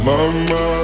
Mama